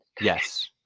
yes